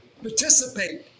participate